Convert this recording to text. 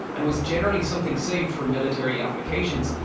and was generally something saved for military applications,